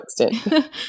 extent